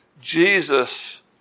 Jesus